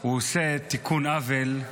בסוף הוא עושה תיקון עוול,